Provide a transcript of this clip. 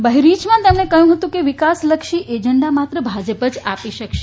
બહેરીચમાં તેમણે કહ્યું કે વિકાસલક્ષી એજન્ડા માત્ર ભાજપ જ આપી શકશે